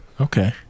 Okay